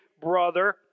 brother